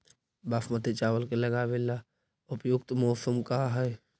बासमती चावल के लगावे ला उपयुक्त मौसम का है?